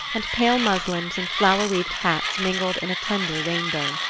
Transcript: and pale muslins and flower-wreathed hats mingled in a tender rainbow.